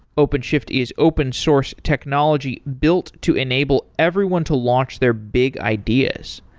openshift is open source technology built to enable everyone to launch their big ideas.